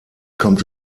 kommt